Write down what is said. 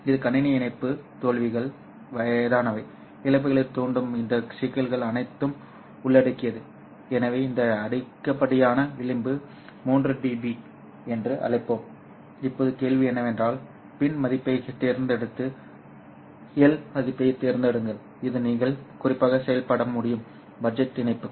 இது கணினி இணைப்பு தோல்விகள் வயதானவை இழப்புகளைத் தூண்டும் இந்த சிக்கல்கள் அனைத்தையும் உள்ளடக்கியது எனவே இந்த அதிகப்படியான விளிம்பை 3dB என்று அழைப்போம் இப்போது கேள்வி என்னவென்றால் பின் மதிப்பைத் தேர்ந்தெடுத்து L மதிப்பைத் தேர்ந்தெடுங்கள் இது நீங்கள் குறிப்பாக செயல்பட முடியும் டிஜிட்டல் இணைப்பு